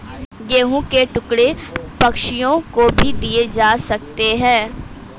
गेहूं के टुकड़े पक्षियों को भी दिए जा सकते हैं